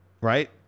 right